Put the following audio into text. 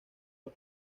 los